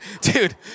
Dude